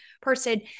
person